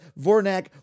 Vornak